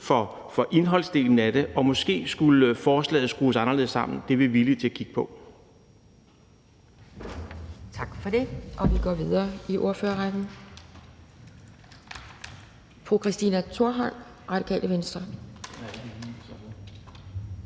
for indholdsdelen af det, og måske skulle forslaget skrues anderledes sammen. Det er vi villige til at kigge på.